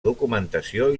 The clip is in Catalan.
documentació